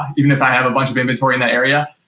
even if i have a bunch of inventory in that area,